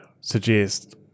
suggest